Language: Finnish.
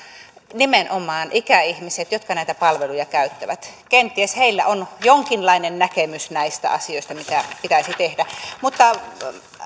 nimenomaan ikäihmiset jotka näitä palveluja käyttävät kenties heillä on jonkinlainen näkemys näistä asioista mitä pitäisi tehdä mutta